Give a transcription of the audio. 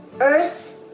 earth